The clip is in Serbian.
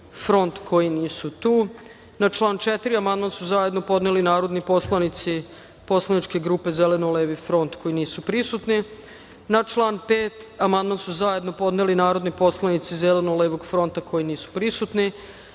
front, koji nisu tu. Na član 4. amandman su zajedno podneli narodni poslanici Poslaničke grupe Zeleno-levi front, koji nisu prisutni. Na član 5. amandman su zajedno podneli narodni poslanici Zeleno-levi front, koji nisu prisutni. Na